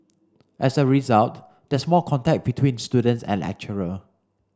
as a result there's more contact between students and lecturer